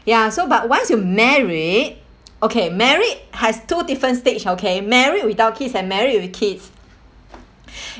ya so but once you're married okay married has two different stage okey married without kids and married with kids